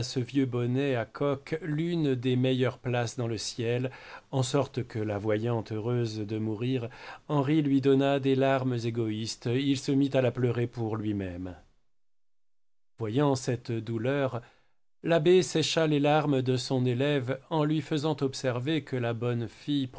ce vieux bonnet à coques l'une des meilleures places dans le ciel en sorte que la voyant heureuse de mourir henri lui donna des larmes égoïstes il se mit à la pleurer pour lui-même voyant cette douleur l'abbé sécha les larmes de son élève en lui faisant observer que la bonne fille